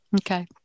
Okay